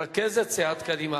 רכזת סיעת קדימה.